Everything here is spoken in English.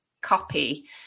copy